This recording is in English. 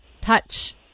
touch